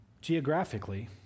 geographically